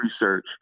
research